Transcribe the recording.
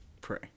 pray